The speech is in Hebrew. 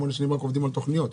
שמונה שנים רק עובדים על תוכניות.